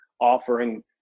offering